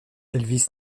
elvis